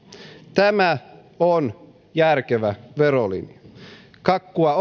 tämä on järkevä verolinja kakkua